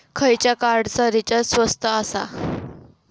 खयच्या कार्डचा रिचार्ज स्वस्त आसा?